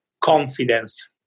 confidence